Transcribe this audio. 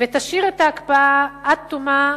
ותשאיר את ההקפאה עד תומה,